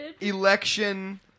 election